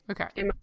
Okay